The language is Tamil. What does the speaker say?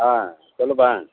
ஆ சொல்லுப்பா